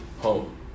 home